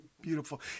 Beautiful